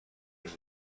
کنیم